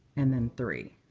and then three.